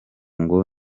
ngo